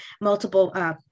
multiple